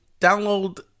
download